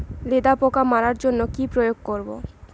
লেদা পোকা মারার জন্য কি প্রয়োগ করব?